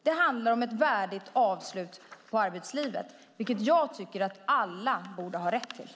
Det handlar om ett värdigt avslut på arbetslivet, vilket jag tycker att alla borde ha rätt till.